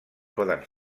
poden